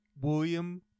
William